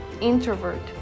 introvert